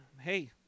hey